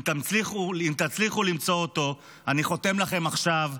אם תצליחו למצוא אותו, אני חותם לכם עכשיו.